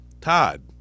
Todd